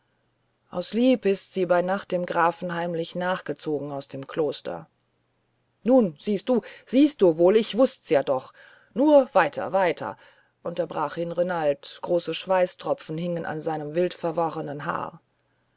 aus lieb ist sie bei nacht dem grafen heimlich nachgezogen aus dem kloster nun siehst du siehst du wohl ich wußt's ja doch nur weiter weiter unterbrach ihn renald große schweißtropfen hingen in seinem wildverworrenen haar